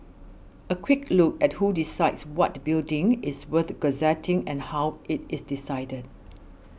a quick look at who decides what building is worth gazetting and how it is decided